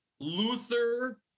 luther